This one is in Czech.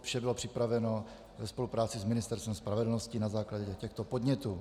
Vše bylo připraveno ve spolupráci s Ministerstvem spravedlnosti na základě těchto podnětů.